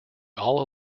all